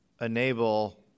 enable